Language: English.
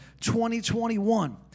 2021